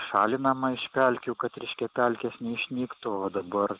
šalinama iš pelkių kad reiškia pelkės neišnyktų o dabar